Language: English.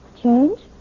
Change